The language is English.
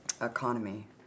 economy